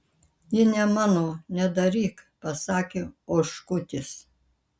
ji ne mano nedarykit pasakė oškutis